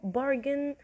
bargain